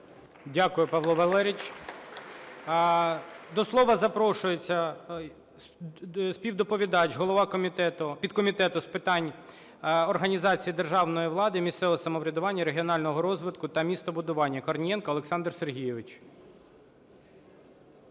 Дякую, Павло Валерійович. До слова запрошується співдоповідач, голова Комітету підкомітету з питань організації державної влади, місцевого самоврядування, регіонального розвитку та містобудування Корнієнко Олександр Сергійович.